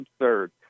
absurd